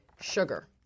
Sugar